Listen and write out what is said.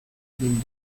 bildu